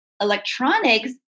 electronics